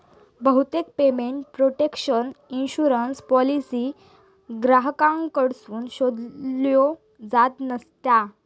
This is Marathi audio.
बहुतेक पेमेंट प्रोटेक्शन इन्शुरन्स पॉलिसी ग्राहकांकडसून शोधल्यो जात नसता